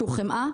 שהוא החמאה,